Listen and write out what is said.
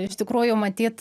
iš tikrųjų matyt